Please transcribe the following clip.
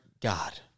God